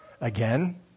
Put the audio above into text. again